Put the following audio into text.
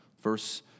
verse